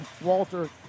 Walter